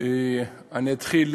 אני אתחיל,